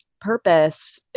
purpose